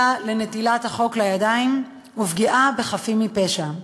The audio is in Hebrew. לנטילת החוק לידיים ופגיעה בחפים מפשע.